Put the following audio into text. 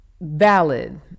valid